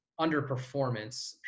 underperformance